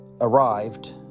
arrived